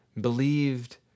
believed